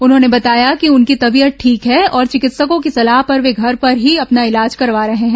उन्होंने बताया कि उनकी तबीयत ठीक है और चिकित्सकों की सलाह पर वे घर पर ही अपना इलाज करवा रहे हैं